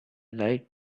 light